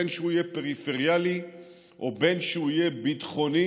בין שהוא יהיה פריפריאלי ובין שהוא יהיה ביטחוני,